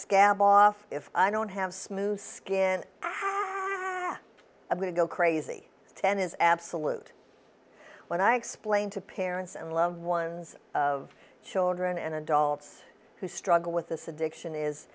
scab off if i don't have smooth skin how are you going to go crazy ten is absolute when i explain to parents and loved ones of children and adults who struggle with this addiction is